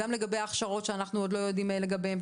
גם לגבי ההכשרות שאנחנו עוד לא יודעים לגביהן,